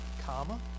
Comma